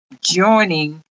joining